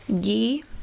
ghee